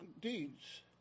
deeds